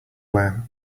wear